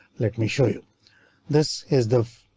let me show you this is the.